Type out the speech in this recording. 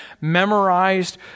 memorized